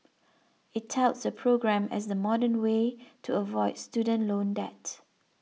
it touts the program as the modern way to avoid student loan debt